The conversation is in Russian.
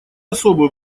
особую